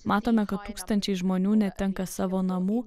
matome kad tūkstančiai žmonių netenka savo namų